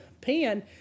pen